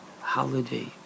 holiday